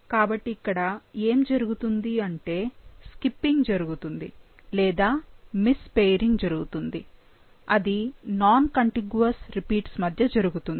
కాబట్టి ఇక్కడ ఏమి జరుగుతుంది అంటే స్కిప్పింగ్ జరుగుతుంది లేదా మిస్ పెయిరింగ్ జరుగుతుంది అది నాన్ కంటిగువస్ రిపీట్స్ మధ్య జరుగుతుంది